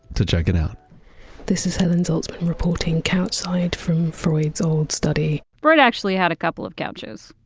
to check it out this is helen zaltzman reporting couch-side from freud's old study. freud actually had a couple of couches,